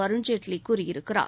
அருண்ஜேட்லி கூறியிருக்கிறார்